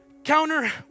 Counter